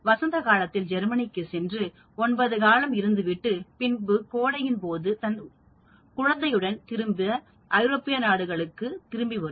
வசந்த காலத்தில் ஜெர்மனிக்கு சென்று ஒன்பது காலம் இருந்துவிட்டு பின் கோடையின் போது தன் குழந்தைகளுடன் திரும்ப ஐரோப்பிய நாடுகளுக்கு திரும்பி வரும்